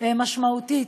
במידה משמעותית,